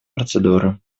процедуры